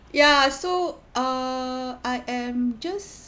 ya so err I am just